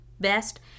best